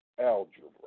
algebra